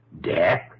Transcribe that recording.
Death